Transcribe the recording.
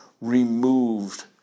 removed